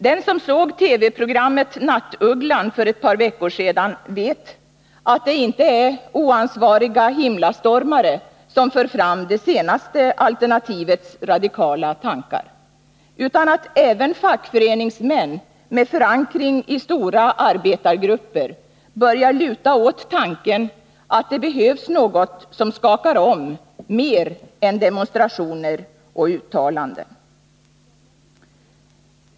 Den som såg TV-programmet Nattugglan för ett par veckor sedan vet att det inte är oansvariga himlastormare som för fram det senaste alternativets radikala tankar, utan att även fackföreningsmän med förankring i stora arbetargrupper börjar luta åt tanken att det behövs något som skakar om mer än demonstrationer och uttalanden.